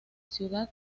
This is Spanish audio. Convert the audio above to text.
ciudad